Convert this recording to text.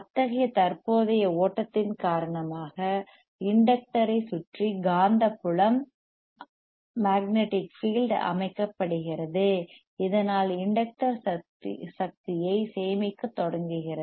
அத்தகைய தற்போதைய ஓட்டத்தின் காரணமாக இண்டக்டர் ஐச் சுற்றி காந்தப்புலம் magnetic field மக்நெடிக் பீல்டு அமைக்கப்படுகிறது இதனால் இண்டக்டர் சக்தியைச் சேமிக்கத் தொடங்குகிறது